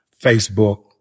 Facebook